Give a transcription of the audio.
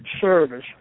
service